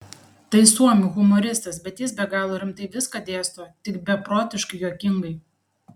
tai suomių humoristas bet jis be galo rimtai viską dėsto tik beprotiškai juokingai